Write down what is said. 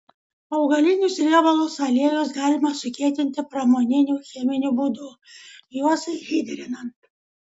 augalinius riebalus aliejus galima sukietinti pramoniniu cheminiu būdu juos hidrinant